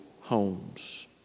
homes